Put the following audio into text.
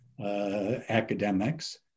academics